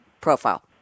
profile